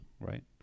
right